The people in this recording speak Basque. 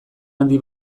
handi